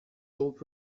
old